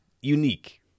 unique